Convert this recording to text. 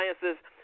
Sciences